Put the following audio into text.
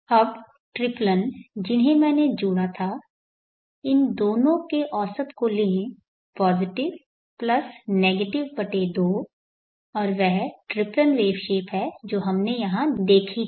अब ट्रिप्लन जिन्हें मैंने जोड़ा था इन दोनों के औसत को लें पॉजिटिव प्लस नेगेटिव बटे 2 और वह ट्रिप्लन वेव शेप है जो हमने यहां देखी थी